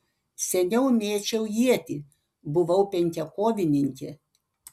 seniau mėčiau ietį buvau penkiakovininkė